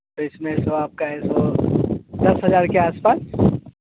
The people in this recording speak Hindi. तो इसमें तो आपका ऐसो दस हज़ा र के आस पास